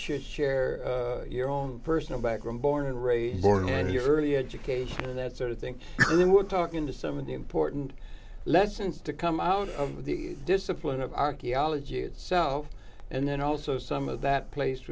share your own personal background born and raised and then your early education and that sort of thing then we're talking to some of the important lessons to come out of the discipline of archaeology itself and then also some of that place